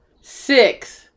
Six